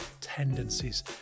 tendencies